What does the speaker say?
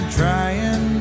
trying